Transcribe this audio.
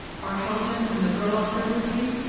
are haljan and the girl up there with you?